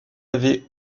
avait